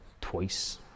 twice